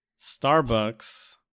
Starbucks